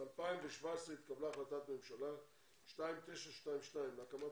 ב-2017 התקבלה החלטת ממשלה 2922 להקמת